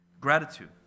Gratitude